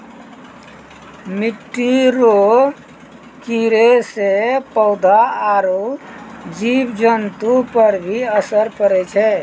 मिट्टी रो कीड़े से पौधा आरु जीव जन्तु पर भी असर पड़ै छै